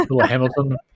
Hamilton